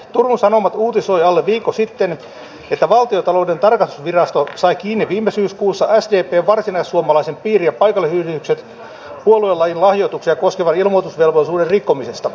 turun sanomat uutisoi alle viikko sitten että valtiontalouden tarkastusvirasto sai kiinni viime syyskuussa sdpn varsinaissuomalaiset piiri ja paikallisyhdistykset puoluelain lahjoituksia koskevan ilmoitusvelvollisuuden rikkomisesta